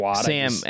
Sam